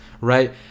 right